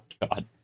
God